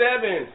seven